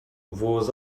vos